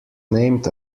named